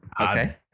Okay